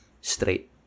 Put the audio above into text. straight